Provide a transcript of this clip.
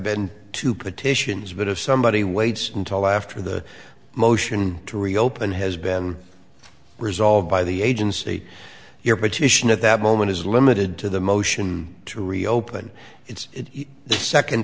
been two petitions but have somebody waits until after the motion to reopen has been resolved by the agency your petition at that moment is limited to the motion to reopen it's the second